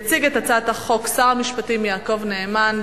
יציג את הצעת החוק שר המשפטים יעקב נאמן.